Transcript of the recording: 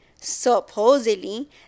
supposedly